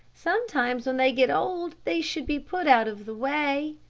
sometimes, when they get old, they should be put out of the way.